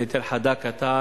אני אתן תשובה חדה כתער: